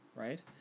right